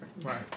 Right